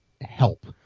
help